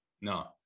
no